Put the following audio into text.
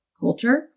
culture